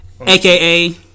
aka